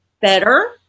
better